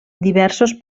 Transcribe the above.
diversos